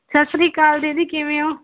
ਸਤਿ ਸ਼੍ਰੀ ਅਕਾਲ ਦੀਦੀ ਕਿਵੇਂ ਹੋ